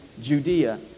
Judea